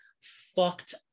fucked